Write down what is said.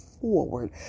forward